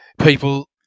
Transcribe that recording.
people